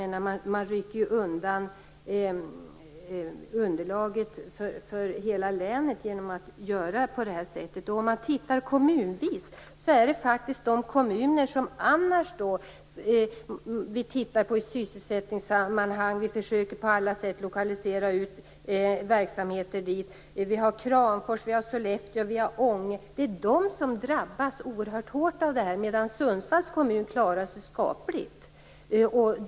Man rycker undan underlaget för hela länet genom att göra på det här sättet. Sett kommunvis är det faktiskt de kommuner dit vi i sysselsättningssammanhang och annars på alla sätt försöker lokalisera verksamheter - Kramfors, Skellefteå, Ånge - som drabbas oerhört hårt, medan Sundsvalls kommun klarar sig skapligt.